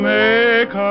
make